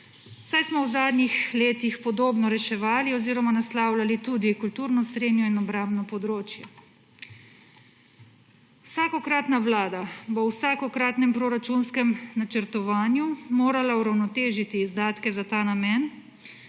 saj smo v zadnjih letih podobno reševali oziroma naslavljali tudi kulturno srenjo in obrambno področje. Vsakokratna vlada bo v vsakokratnem proračunskem načrtovanju morala uravnotežiti izdatke za ta namen